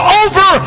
over